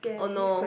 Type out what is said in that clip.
or no